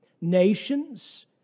nations